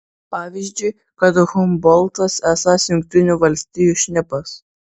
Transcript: pavyzdžiui kad humboltas esąs jungtinių valstijų šnipas